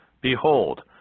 Behold